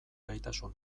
gaitasun